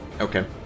Okay